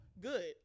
good